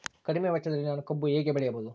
ಕಡಿಮೆ ವೆಚ್ಚದಲ್ಲಿ ನಾನು ಕಬ್ಬು ಹೇಗೆ ಬೆಳೆಯಬಹುದು?